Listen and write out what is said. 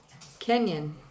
Kenyan